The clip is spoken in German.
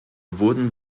wurden